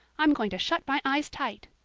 i'm going to shut my eyes tight.